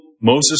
Moses